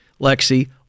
Lexi